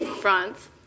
France